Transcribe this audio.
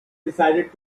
decided